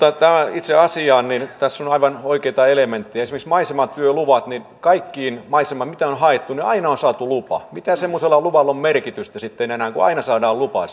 itse asiaan tässä on aivan oikeita elementtejä esimerkiksi maisematyöluvat kaikkiin maisematyölupiin mitä on on haettu aina on saatu lupa mitä semmoisella luvalla on merkitystä sitten enää kun aina saadaan lupa